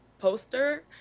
poster